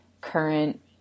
current